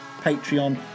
Patreon